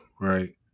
right